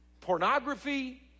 pornography